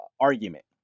argument